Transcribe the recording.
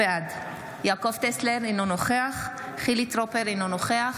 בעד יעקב טסלר, אינו נוכח חילי טרופר, אינו נוכח